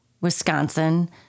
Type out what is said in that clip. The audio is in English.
Wisconsin